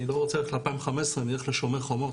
אני לא רוצה ללכת ל-2015, אני אלך ל"שומר החומות".